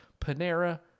Panera